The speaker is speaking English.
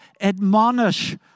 admonish